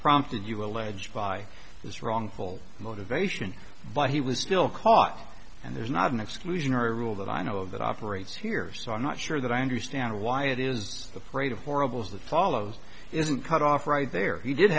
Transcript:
prompted you allege by this wrongful motivation but he was still caught and there's not an exclusionary rule that i know of that operates here so i'm not sure that i understand why it is the parade of horribles that follows isn't cut off right there he did